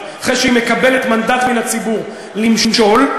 אחרי שהיא מקבלת מנדט מהציבור: למשול,